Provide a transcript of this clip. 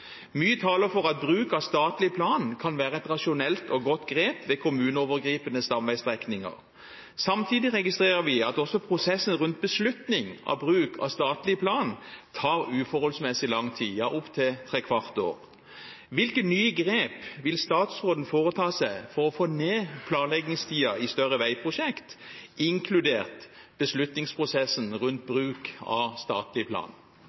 Mye taler for at bruk av statlig plan kan være et rasjonelt og godt grep ved kommuneovergripende stamveistrekninger. Samtidig registrerer vi at også prosesser rundt beslutning av bruk av statlig plan tar uforholdsmessig lang tid, ja opptil trekvart år. Hvilke nye grep vil statsråden ta for å få ned planleggingstiden i større veiprosjekt, inkludert beslutningsprosessen rundt bruk av statlig plan?